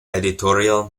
editorial